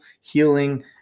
healing